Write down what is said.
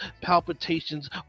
palpitations